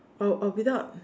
or or without